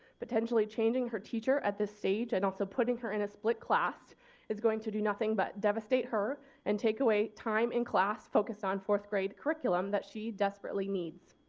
potentially changing her teacher at this stage and also putting her in a split class is going to do nothing but devastate her and take away time in class focused on fourth grade curriculum that she desperately needs.